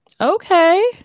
Okay